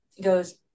goes